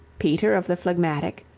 peter of the phlegmatic,